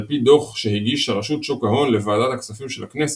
על פי דו"ח שהגישה רשות שוק ההון לוועדת הכספים של הכנסת,